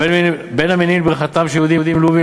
ובין המניעים לבריחתם של יהודים לובים